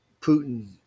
Putin